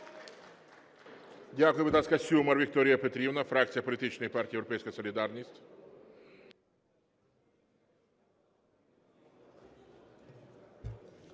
Дякую.